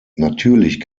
natürlich